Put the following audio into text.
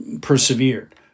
persevered